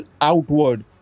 outward